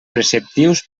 preceptius